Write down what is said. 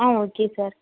ah okay sir